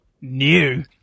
New